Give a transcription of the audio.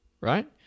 right